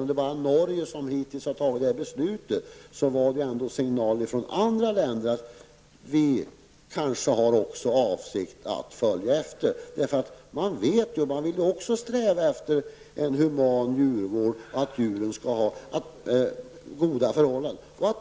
om man hittills bara har fattat ett liknande beslut i Norge, kommer det signaler från andra länder att man där kanske har för avsikt att följa efter. Också i dessa länder vill man sträva efter en human djurvård och att djuren skall ha goda förhållanden.